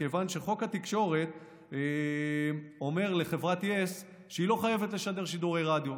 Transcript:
מכיוון שחוק התקשורת אומרת לחברת יס שהיא לא חייבת לשדר שידורי רדיו.